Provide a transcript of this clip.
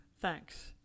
thanks